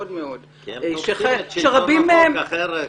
מאוד מאוד -- הם תופסים את שלטון החוק אחרת.